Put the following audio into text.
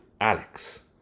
Alex